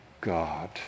God